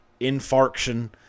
infarction